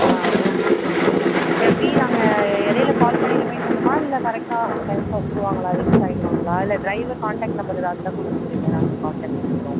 ஆ okay okay ma'am இப்போ எப்படி நாங்கள் இடைல கால் பண்ணி ரிமைண்ட் பண்ணணுமா இல்லை கரெக்டாக அந்த டைம்க்கு வந்துருவாங்களா ரீச் ஆயிடுவாங்களா இல்லை ட்ரைவர் கான்டெக்ட் நம்பர் எதாவது இருந்தால் கொடுத்து விடுங்கள் நாங்கள் கான்டெக்ட் பண்ணிக்குறோம்